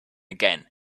again